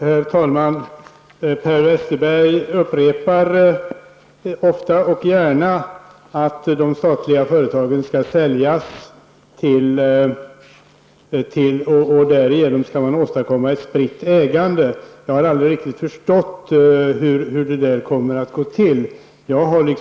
Herr talman! Per Westerberg upprepar ofta och gärna att de statliga företagen skall säljas. Därmed åstadkommer man ett spritt ägande, säger han. Jag har aldrig riktigt förstått hur det skall gå till.